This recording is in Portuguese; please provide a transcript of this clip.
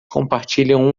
compartilham